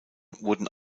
wurden